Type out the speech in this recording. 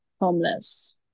homeless